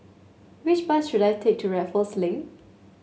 which bus should I take to Raffles Link